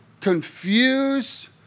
confused